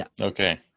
okay